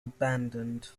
abandoned